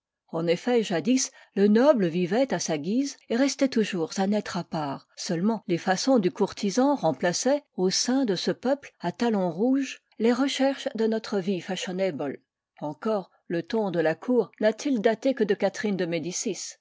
en effet jadis le noble vivait à sa guise et restait toujours un être à part seulement les façons du courtisan remplaçaient au sein de ce peuple à talons rouges les recherches de notre vie fashionable encore le ton de la cour n'a-t-il daté que de catherine de médicis